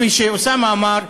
כפי שאוסאמה אמר,